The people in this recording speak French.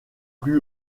plus